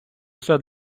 все